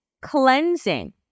cleansing